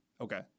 okay